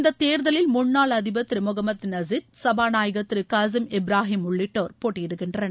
இந்த தேர்தலில் முன்னாள் அதிபர் திரு முகமது நசீத் சபாநாயகர் திரு காசிம் இப்ராஹிம் உள்ளிட்டோர் போட்டியிடுகின்றனர்